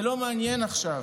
זה לא מעניין עכשיו.